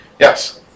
Yes